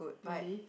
really